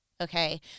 okay